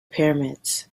pyramids